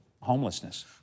homelessness